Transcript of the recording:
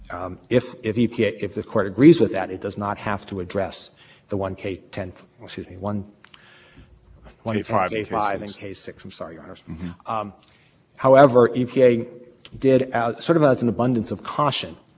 decide to go through the corrections process and to correct only that portion of the care sets it where e p a had made a finding you know implicit or explicit that the states had met their obligation because